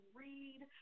read